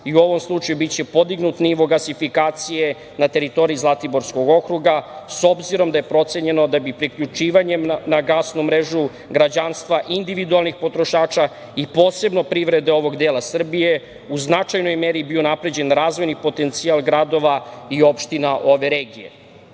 i u ovom slučaju biće podignut nivo gasifikacije na teritoriji Zlatiborskog okruga, s obzorom da je procenjeno da bi priključivanjem na gasnu mrežu građanstva individualnih potrošača i posebno privrede ovog dela Srbije u značajnoj meri bio unapređen razvojni potencijal gradova i opština ove